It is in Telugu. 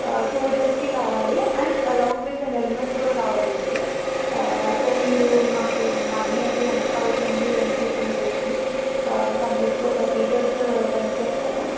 టూ డేస్కి కావాలి అండ్ అలాంగ్ విత్ హెల్మెట్ కూడా కావాలండి సో మీరు నాకు మనీ అది ఎంతవుతుంది ఏంటి టూ డేస్కి కంప్లీట్గా ఒకసారి డిటెయిల్స్ సెండ్ చేస్తారా